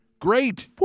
Great